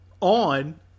on